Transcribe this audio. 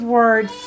words